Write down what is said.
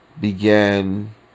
began